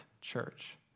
church